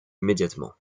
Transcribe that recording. immédiatement